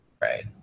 Right